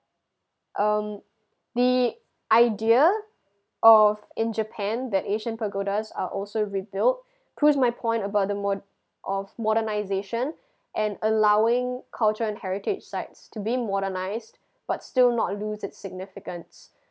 um the idea of in japan that ancient pagodas are also rebuild proves my point about the mo~ of modernization and allowing cultural and heritage sites to be modernized but still not loose it's significance